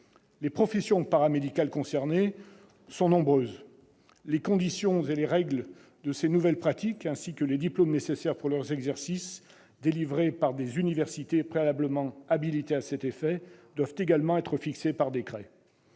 Les professions paramédicales concernées sont nombreuses. Les conditions et règles de ces nouvelles pratiques, ainsi que les diplômes nécessaires pour leur exercice, délivrés par des universités préalablement habilitées à cet effet, doivent également être fixées par décret.